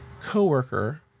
coworker